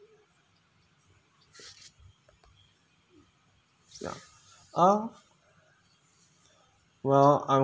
yeah ah well I'm